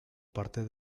parte